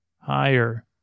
higher